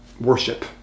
worship